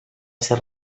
ser